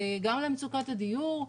גם למצוקת הדיור,